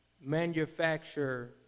manufacture